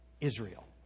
Israel